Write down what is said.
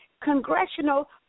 congressional